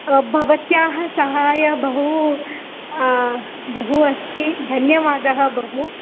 भवत्याः सहायं बहु बहु अस्ति धन्यवादः बहु